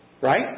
Right